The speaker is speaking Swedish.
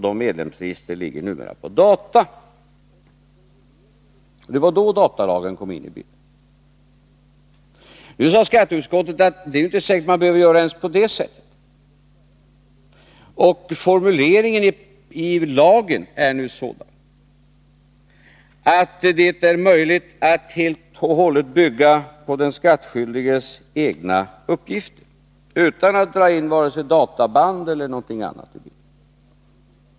De registren ligger numera på data, och det var då datalagen kom in i bilden. Skatteutskottet sade att det inte är säkert att man behöver göra ens på detta sätt. Och formuleringen i lagen är nu sådan att det är möjligt att helt och hållet bygga på den skattskyldiges egna uppgifter, utan att dra in vare sig databand eller någonting annat.